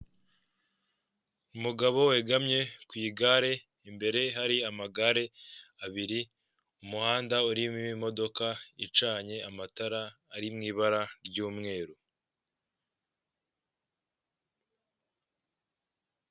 Umugabo wegamye ku igare imbere hari amagare abiri umuhanda urimo imodoka icanye amatara ari mu ibara ry'umweru.